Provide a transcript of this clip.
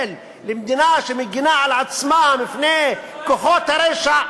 למדינה שמגינה על עצמה מפני כוחות הרשע,